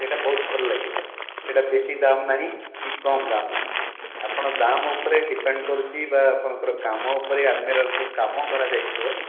ସେଇଟା ବହୁତ ଭଲ ଲାଗିବ ସେଇଟା ବେଶୀ ଦାମ୍ ନାହିଁ କି କମ୍ ଦାମ୍ ନାହିଁ ଆପଣ ଦାମ୍ ଉପରେ ଡିପେଣ୍ଡ କରୁଛି ବା ଅପଣଙ୍କର ଆଲମିରା ଉପରେ ଯେଉଁ କାମ କରାଯାଇଥିବ